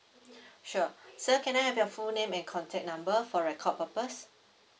sure sir can I have your full name and contact number for record purpose